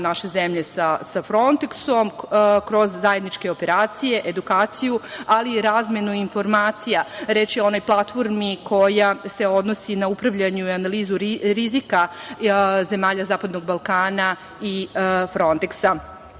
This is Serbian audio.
naše zemlje sa "Fronteksom" kroz zajedničke operacije, edukaciju, ali i razmenu informacija. Reč je o onoj platformi koja se odnosi na upravljanju i analizu rizika zemalja Zapadnog Balkana i